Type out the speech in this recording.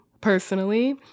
personally